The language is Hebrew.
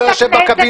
אתה לא יושב בקבינט,